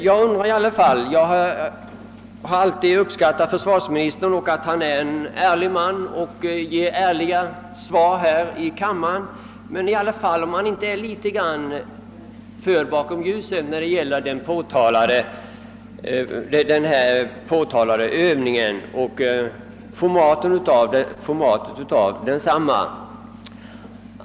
Jag har alltid uppskattat försvarsministern och anser att han är en ärlig man som ger ärliga svar här i kammaren, men jag undrar om han i alla fall inte blivit något förd bakom ljuset när det gäller den ifrågavarande övningen och formatet av densamma.